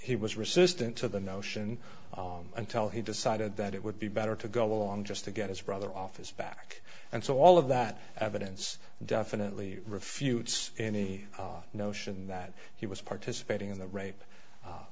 he was resistant to the notion until he decided that it would be better to go along just to get his brother off his back and so all of that evidence definitely refutes any notion that he was participating in the rape